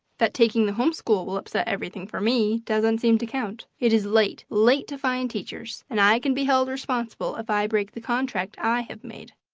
that taking the home school will upset everything for me, doesn't seem to count. it is late, late to find teachers, and i can be held responsible if i break the contract i have made.